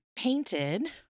Painted